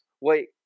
Wait